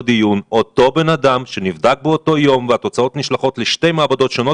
דיון: אותו אדם שנבדק באותו יום והתוצאות נשלחות לשתי מעבדות שונות,